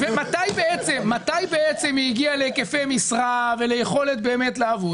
מתי בעצם היא הגיעה להיקפי משרה וליכולת לעבוד?